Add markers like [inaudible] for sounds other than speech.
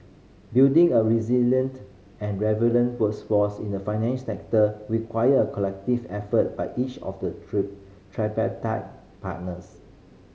building a resilient and [unintelligible] workforce in the financial sector require a collective effort by each of the [unintelligible] tripartite partners